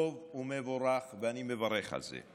טוב ומבורך, ואני מברך על זה.